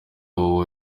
uwo